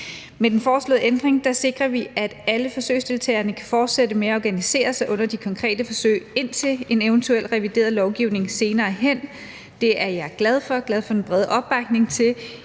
Med den foreslåede ændring sikrer vi, at alle forsøgsdeltagerne kan fortsætte med at organisere sig under de konkrete forsøg indtil en eventuel revideret lovgivning senere hen. Det er jeg glad for, og jeg er glad for den brede opbakning til